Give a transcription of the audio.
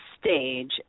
stage